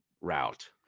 route